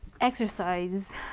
exercise